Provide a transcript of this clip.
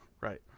Right